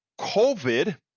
COVID